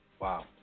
Wow